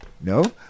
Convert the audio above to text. No